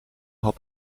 had